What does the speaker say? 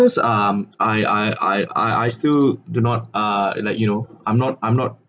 um I I I I still do not uh like you know I'm not I'm not